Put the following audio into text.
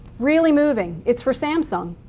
really moving. its for samsung.